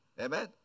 Amen